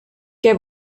què